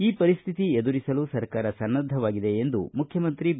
ಈ ಪರಿಸ್ತಿತಿ ಎದುರಿಸಲು ಸರ್ಕಾರ ಸನ್ನದ್ದವಾಗಿದೆ ಎಂದು ಮುಖ್ಯಮಂತ್ರಿ ಬಿ